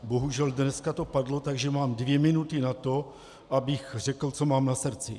Bohužel dnes to padlo, takže mám dvě minuty na to, abych řekl, co mám na srdci.